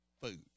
food